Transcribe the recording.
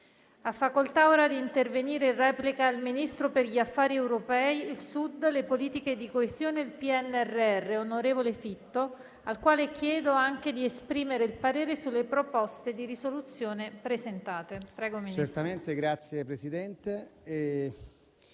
Ha facoltà di intervenire il ministro per gli affari europei, il Sud, le politiche di coesione e il PNRR, onorevole Fitto, al quale chiedo anche di esprimere il parere sulle proposte di risoluzione presentate.